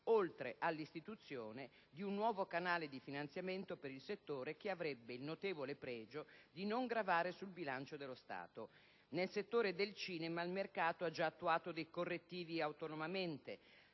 oltre all'istituzione di un nuovo canale di finanziamento per il settore che avrebbe il notevole pregio di non gravare sul bilancio dello Stato. Nel settore del cinema il mercato ha già attuato autonomamente